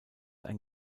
ein